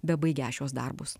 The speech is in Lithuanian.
bebaigią šiuos darbus